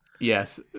yes